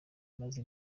maze